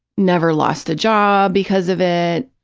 never lost a job because of it.